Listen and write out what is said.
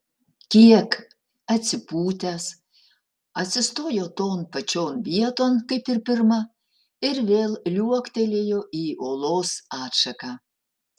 kiek atsipūtęs atsistojo ton pačion vieton kaip ir pirma ir vėl liuoktelėjo į olos atšaką